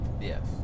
Yes